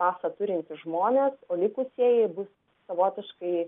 pasą turintys žmonės o likusieji bus savotiškai